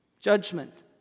Judgment